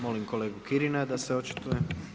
Molim kolegu Kirina da se očituje.